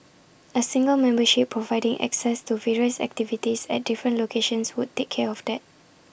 A single membership providing access to various activities at different locations would take care of that